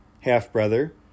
half-brother